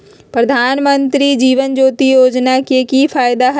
प्रधानमंत्री जीवन ज्योति योजना के की फायदा हई?